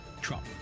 Trump